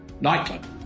Nightclub